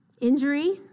Injury